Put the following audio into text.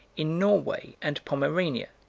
in norway and pomerania.